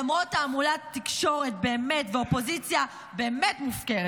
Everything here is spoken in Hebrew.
למרות המולת התקשורת ואופוזיציה באמת מופקרת,